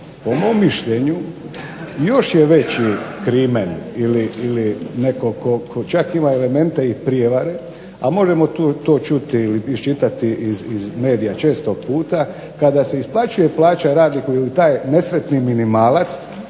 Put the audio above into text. Po mom mišljenju još je veći krimen ili netko tko čak ima elemente i prijevare, a možemo to čuti ili iščitati iz medija često puta kada se isplaćuje plaća radniku ili taj nesretni minimalac,